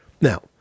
Now